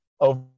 over